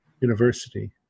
university